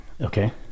Okay